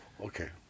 Okay